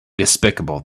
despicable